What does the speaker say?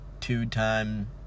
two-time